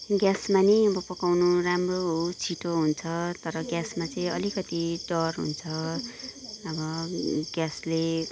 ग्यासमा पनि अब पकाउनु राम्रो हो छिटो हुन्छ तर ग्यासमा चाहिँ अलिकति डर हुन्छ अब ग्यासले